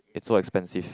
is so expensive